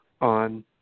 on